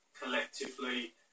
collectively